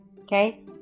Okay